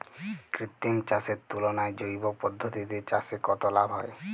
কৃত্রিম চাষের তুলনায় জৈব পদ্ধতিতে চাষে কত লাভ হয়?